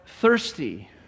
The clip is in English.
thirsty